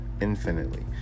infinitely